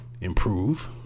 improve